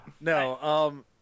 No